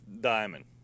diamond